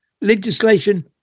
Legislation